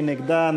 מי נגדה?